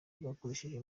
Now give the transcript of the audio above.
bakoresheje